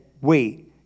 wait